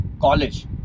college